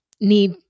need